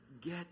get